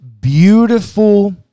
beautiful